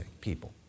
people